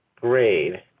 grade